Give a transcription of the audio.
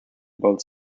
both